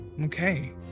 Okay